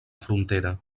frontera